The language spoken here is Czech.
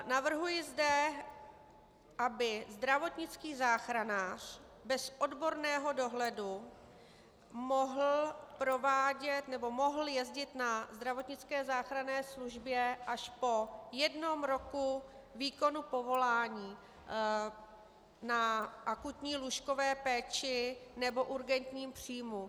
Navrhuji zde, aby zdravotnický záchranář bez odborného dohledu mohl jezdit na zdravotnické záchranné službě až po jednom roce výkonu povolání na akutní lůžkové péči nebo urgentním příjmu.